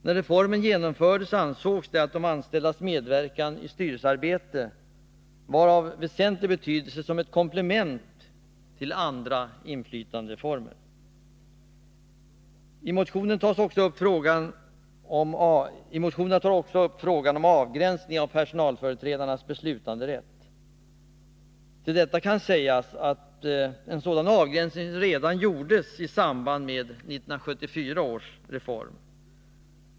När reformen genomfördes ansågs de statsanställdas medverkan i styrelsearbetet vara av väsentlig betydelse som ett komplement till andra inflytandeformer. I motionerna tas också frågan upp om en avgränsning av personalföreträdares beslutanderätt. Till detta kan sägas att en sådan avgränsning gjordes redan i samband med införande av 1974 års reform.